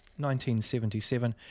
1977